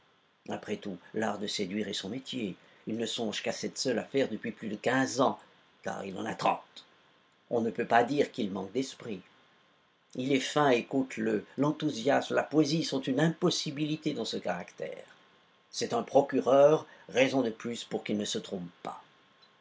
après tout l'art de séduire est son métier il ne songe qu'à cette seule affaire depuis plus de quinze ans car il en a trente on ne peut pas dire qu'il manque d'esprit il est fin et cauteleux l'enthousiasme la poésie sont une impossibilité dans ce caractère c'est un procureur raison de plus pour qu'il ne se trompe pas